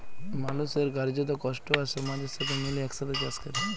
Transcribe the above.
মালুসের কার্যত, কষ্ট আর সমাজের সাথে মিলে একসাথে চাস ক্যরা